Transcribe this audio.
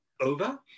over